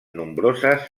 nombroses